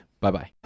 Bye-bye